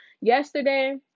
yesterday